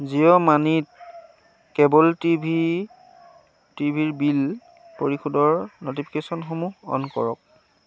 জিঅ' মানিত cable TV টিভিৰ bill পৰিশোধৰ ন'টিফিকেশ্যনসমূহ অন কৰক